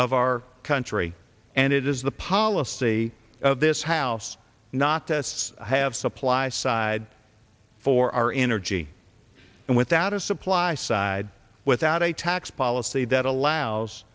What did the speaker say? of our country and it is the policy of this house not tests have supply side for our energy and without a supply side without a tax policy that allows